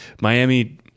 Miami –